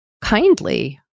kindly